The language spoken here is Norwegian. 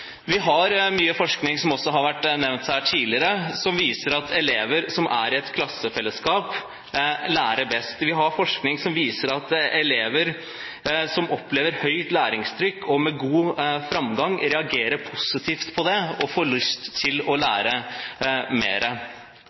Vi har mye forskning, som også har vært nevnt her tidligere, som viser at elever som er i et klassefellesskap, lærer best. Vi har forskning som viser at elever som opplever høyt læringstrykk og med god framgang, reagerer positivt på det og får lyst til å lære